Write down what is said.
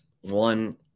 one